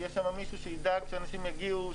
שיהיה שם מישהו שידאג שאנשים יגיעו,